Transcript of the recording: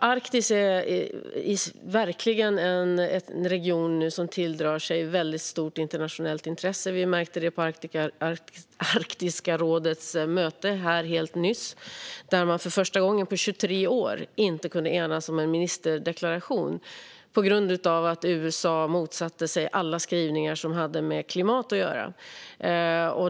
Arktis är verkligen en region som tilldrar sig väldigt stort internationellt intresse. Vi märkte det helt nyligen på Arktiska rådet, där man för första gången på 23 år inte kunde enas om en ministerdeklaration på grund av att USA motsatte sig alla skrivningar som hade med klimat att göra.